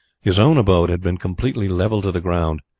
his own abode had been completely levelled to the ground,